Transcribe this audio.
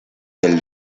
del